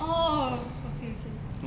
orh okay okay